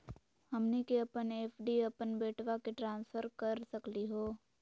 हमनी के अपन एफ.डी अपन बेटवा क ट्रांसफर कर सकली हो?